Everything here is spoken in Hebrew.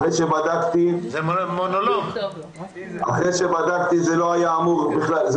אחרי שבדקתי, זה לא היה אמור להיות.